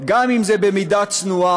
גם אם זה במידה צנועה,